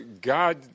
God